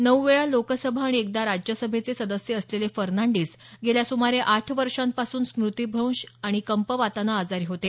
नऊ वेळा लोकसभा आणि एकदा राज्यसभेचे सदस्य असलेले फर्नांडीस गेल्या सुमारे आठ वर्षांपासून स्मृतिभ्रंश आणि कंपवातानं आजारी होते